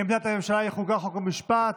עמדת הממשלה היא חוקה, חוק ומשפט.